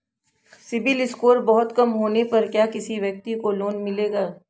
CIBIL score बहुत कम होने पर क्या किसी व्यक्ति को लोंन मिलेगा?